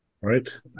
right